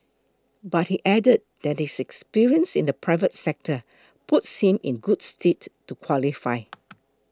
but he added that his experience in the private sector puts him in good stead to qualify